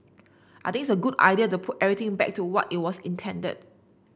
I think it's a good idea to put everything back to what it was intended